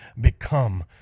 become